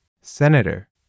Senator